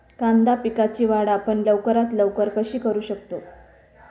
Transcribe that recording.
कांदा पिकाची वाढ आपण लवकरात लवकर कशी करू शकतो?